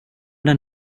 den